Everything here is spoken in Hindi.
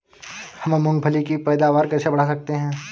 हम मूंगफली की पैदावार कैसे बढ़ा सकते हैं?